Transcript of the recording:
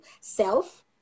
self